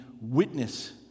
witness